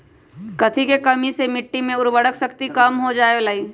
कथी के कमी से मिट्टी के उर्वरक शक्ति कम हो जावेलाई?